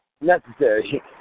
necessary